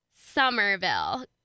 Somerville